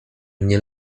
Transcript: nie